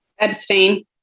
abstain